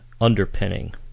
underpinning